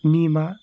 Nirma